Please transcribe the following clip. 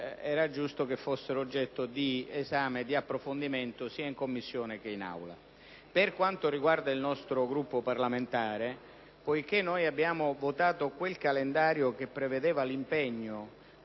era giusto che fossero oggetto di esame e di approfondimento sia in Commissione che in Aula. Per quanto riguarda il nostro Gruppo parlamentare, poiché abbiamo votato il calendario che prevedeva l'impegno